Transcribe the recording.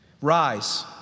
Rise